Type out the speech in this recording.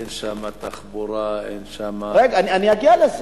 אין שם תחבורה, אין שם, אני אגיע לזה.